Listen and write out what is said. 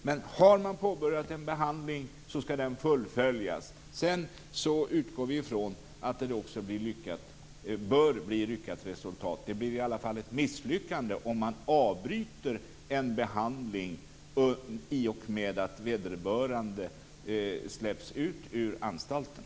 Men har man påbörjat en behandling skall den fullföljas. Sedan utgår vi från att den också blir lyckad. Det bör bli ett lyckat resultat. Det blir i alla fall ett misslyckande om man avbryter en behandling i och med att vederbörande släpps ut från anstalten.